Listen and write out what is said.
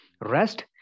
rest